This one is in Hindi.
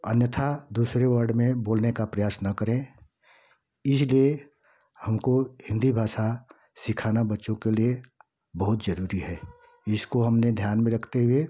अन्यथा दूसरे वर्ड में बोलने का प्रयास न करें इसलिए हमको हिन्दी भाषा सिखाना बच्चों के लिए बहुत ज़रूरी है इसको हमने ध्यान में रखते हुए